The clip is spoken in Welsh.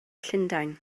llundain